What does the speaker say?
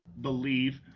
believe